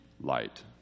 light